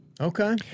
Okay